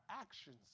actions